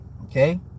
okay